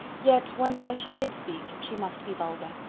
yet, whenever she did speak, she must be vulgar.